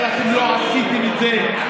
אבל אתם לא עשיתם את זה,